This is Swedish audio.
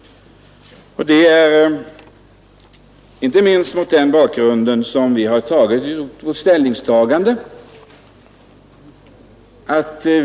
Det är inte minst mot denna bakgrund som vi har gjort vårt ställningstagande.